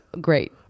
great